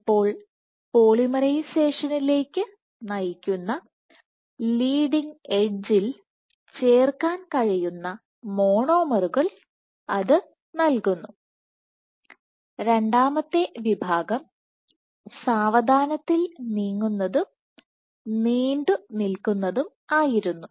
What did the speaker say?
അപ്പോൾ പോളിമറൈസേഷനിലേയ്ക്ക് നയിക്കുന്ന ലീഡിങ് എഡ്ഡ്ജിൽ ചേർക്കാൻ കഴിയുന്ന മോണോമറുകൾ നൽകുന്നു രണ്ടാമത്തെ വിഭാഗം സാവധാനത്തിൽ നീങ്ങുന്നതും നീണ്ടുനിൽക്കുന്നതുമായിരുന്നു